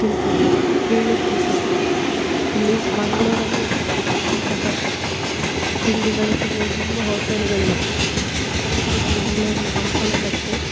ತಿಂತಾರೆ ಕೇಳಿ ತಿಂತಾರೆ ಇಲ್ಲಿ ಮಂಗಳೂರಲ್ಲೂ ಇಂತಹ ತಿಂಡಿಗಳು ಸಿಗುವ ತುಂಬ ಹೋಟೆಲ್ಗಳಿವೆ ಇದರಲ್ಲಿ ಕೂಡ ಮಂಗಳೂರಿನ ಹಂಪನಕಟ್ಟೆ